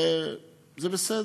וזה בסדר,